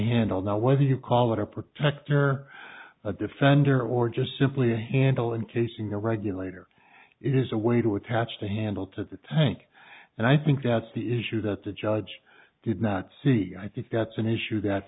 handle now whether you call it a protector a defender or just simply a handle and casing a regulator is a way to attach the handle to the tank and i think that's the issue that the judge did not see i think that's an issue that